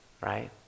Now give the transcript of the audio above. right